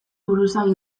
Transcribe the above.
buruzagi